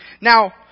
Now